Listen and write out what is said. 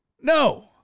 No